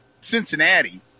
Cincinnati